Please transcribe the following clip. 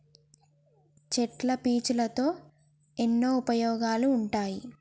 చెట్ల పీచులతో ఎన్నో ఉపయోగాలు ఉంటాయి